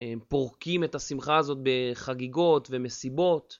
הם פורקים את השמחה הזאת בחגיגות ומסיבות.